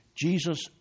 Jesus